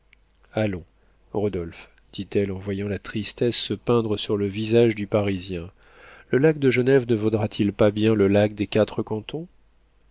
allons rodolphe dit-elle en voyant la tristesse se peindre sur le visage du parisien le lac de genève ne vaudra t il pas bien le lac des quatre cantons